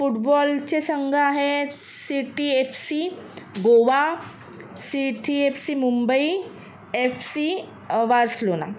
फुटबॉलचे संघ आहे C T F C Goa C T F C Mumbai F C Barcelona